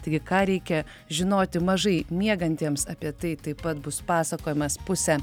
taigi ką reikia žinoti mažai miegantiems apie tai taip pat bus pasakojimas pusę